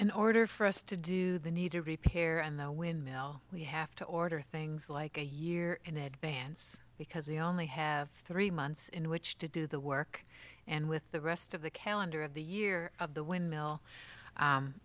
in order for us to do the need to repair and the windmill we have to order things like a year in advance because we only have three months in which to do the work and with the rest of the calendar of the year of the windmill